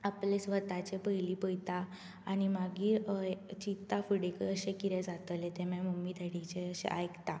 आपलें स्वताचें पयलीं पयता आनी मागीर चित्ता फुडें कशें कितें जातलें तें माय मम्मी डॅडीचें अशें आयकता